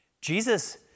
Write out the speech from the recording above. Jesus